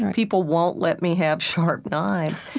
and people won't let me have sharp knives.